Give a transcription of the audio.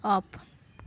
off